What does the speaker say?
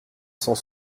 cent